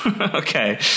okay